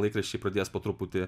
laikraščiai pradės po truputį